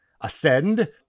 ascend